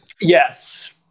Yes